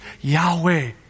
Yahweh